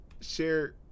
share